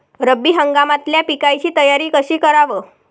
रब्बी हंगामातल्या पिकाइची तयारी कशी कराव?